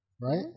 Right